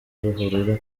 ruhurura